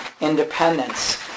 independence